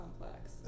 complex